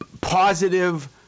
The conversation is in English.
positive